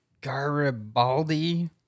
Garibaldi